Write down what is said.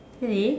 really